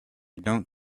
didn’t